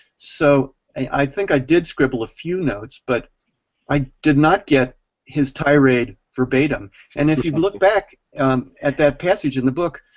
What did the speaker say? so i think i did scribble a few notes but i did not get his tirade verbatim and if you look back at that passage in the book,